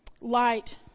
light